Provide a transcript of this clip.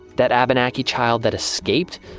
that abenaki child that escaped?